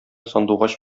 сандугач